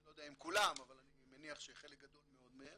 אני לא יודע אם כולם אבל אני מניח שחלק גדול מהם